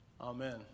Amen